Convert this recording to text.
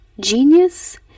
genius